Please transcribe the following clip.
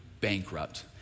bankrupt